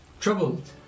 troubled